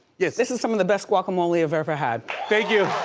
yes. this is some of the best guacamole i've ever had. thank you.